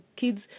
kids